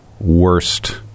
worst